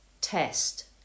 test